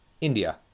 India